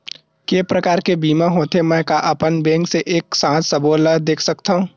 के प्रकार के बीमा होथे मै का अपन बैंक से एक साथ सबो ला देख सकथन?